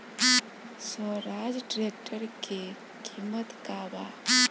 Swaraj tractor के किमत का बा?